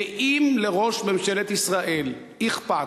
ואם לראש ממשלת ישראל אכפת,